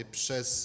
przez